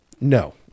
no